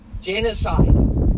Genocide